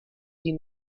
die